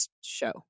show